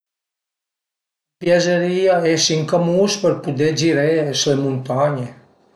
Piazerìa esi ën camus për pudé giré s'le muntagne